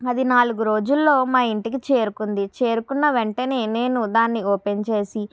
అది నాలుగు రోజుల్లో మా ఇంటికి చేరుకుంది చేరుకున్న వెంటనే నేను దాన్ని ఓపెన్ చేసి